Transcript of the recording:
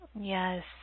Yes